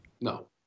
No